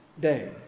day